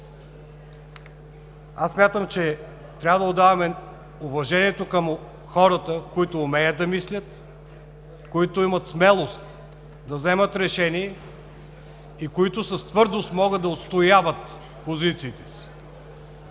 Аз смятам, че трябва да отдаваме уважение към хората, които умеят да мислят, които имат смелост да вземат решение и които с твърдост могат да отстояват позициите си